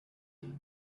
and